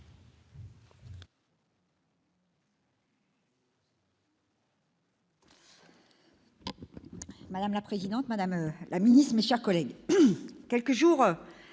Madame la présidente, madame la ministre, mes chers collègues, quelques jours